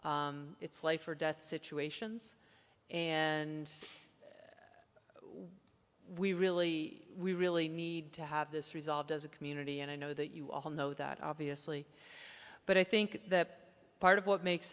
community it's life or death situations and we really we really need to have this resolved as a community and i know that you all know that obviously but i think that part of what makes